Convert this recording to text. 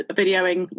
videoing